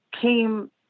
came